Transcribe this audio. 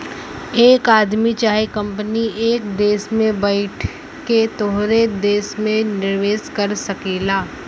एक आदमी चाहे कंपनी एक देस में बैइठ के तोहरे देस मे निवेस कर सकेला